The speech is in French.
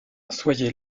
soyez